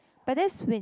but that's when